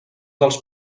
dels